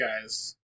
guys